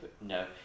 no